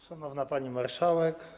Szanowna Pani Marszałek!